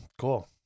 cool